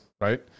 right